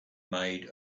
made